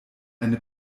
eine